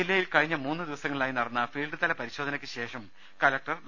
ജില്ലയിൽ കഴിഞ്ഞ മൂന്ന് ദിവസങ്ങളിലായി നടന്ന ഫീൽഡ്തല പരിശോധനയ്ക്ക് ശേഷം ക്രലക്ടർ ഡോ